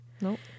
Nope